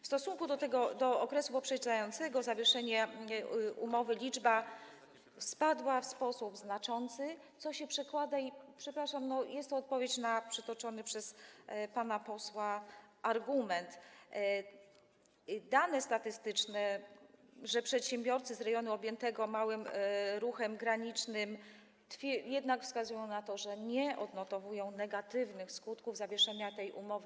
W stosunku do okresu poprzedzającego zawieszenie umowy ich liczba spadła w sposób znaczący, co się przekłada - przepraszam, jest to odpowiedź na przytoczony przez pana posła argument - na dane statystyczne mówiące, że przedsiębiorcy z rejonu objętego małych ruchem granicznym jednak wskazują na to, że nie odnotowują negatywnych skutków zawieszenia tej umowy.